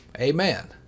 Amen